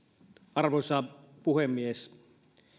arvoisa puhemies